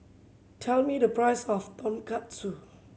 tell me the price of Tonkatsu